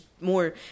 more